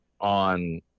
on